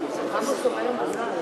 החסימה,